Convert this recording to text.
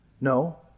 No